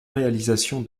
réalisation